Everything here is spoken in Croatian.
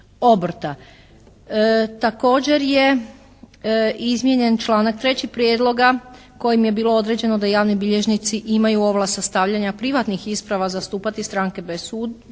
obrta. Također je izmijenjen članak 3. prijedlog kojim je bilo određeno da javni bilježnici imaju ovlast sastavljanja privatnih isprava zastupati stranke pred sudom.